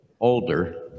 older